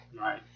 Right